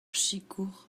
sikour